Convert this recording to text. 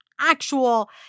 actual